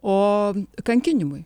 o kankinimui